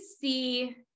see